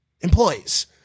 employees